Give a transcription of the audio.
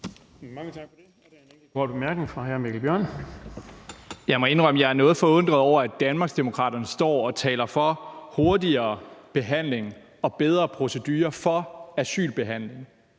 jeg er noget forundret over, at Danmarksdemokraterne står og taler for hurtigere behandling og bedre procedurer for asylbehandling